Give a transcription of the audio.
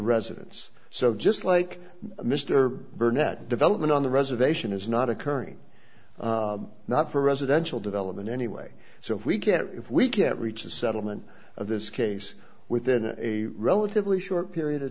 residents so just like mr burnett development on the reservation is not occurring not for residential development anyway so if we can if we can't reach a settlement of this case within a relatively short period of